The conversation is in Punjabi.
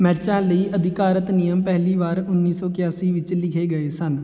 ਮੈਚਾਂ ਲਈ ਅਧਿਕਾਰਤ ਨਿਯਮ ਪਹਿਲੀ ਵਾਰ ਉੱਨੀ ਸੌ ਇਕਾਸੀ ਵਿੱਚ ਲਿਖੇ ਗਏ ਸਨ